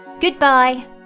Goodbye